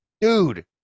dude